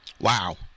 Wow